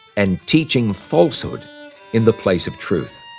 and teaching falsehood in the place of truth.